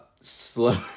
Slow